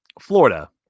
Florida